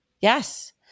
Yes